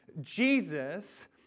Jesus